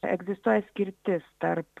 egzistuoja skirtis tarp